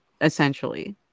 essentially